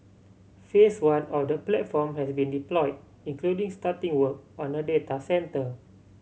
Phase One of the platform has been deployed including starting work on a data centre